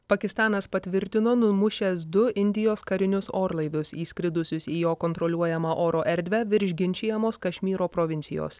pakistanas patvirtino numušęs du indijos karinius orlaivius įskridusius į jo kontroliuojamą oro erdvę virš ginčijamos kašmyro provincijos